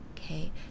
okay